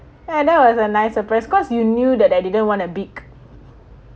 and that was a nice surprise cause you knew that I didn't want a big